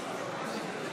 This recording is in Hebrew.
60 נגד.